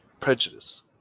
prejudice